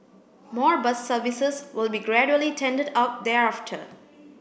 more bus services will be gradually tendered out thereafter